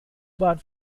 bahn